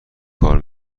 کار